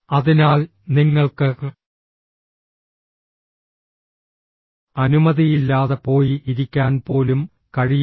അതിനാൽ നിങ്ങൾക്ക് അനുമതിയില്ലാതെ പോയി ഇരിക്കാൻ പോലും കഴിയില്ല